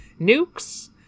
nukes